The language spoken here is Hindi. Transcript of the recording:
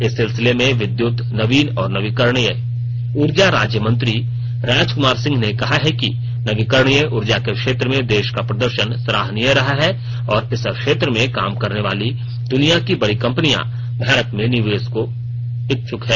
इस सिलसिले में विद्युत नवीन और नवीकरणीय ऊर्जा राज्यमंत्री राजकुमार सिंह ने कहा है कि नवीकरणीय ऊर्जा के क्षेत्र मेँ देश का प्रदर्शन सराहनीय रहा है और इस क्षेत्र में काम करने वाली द्निया की बड़ी कम्पनियां भारत में निवेश की इच्छक हैं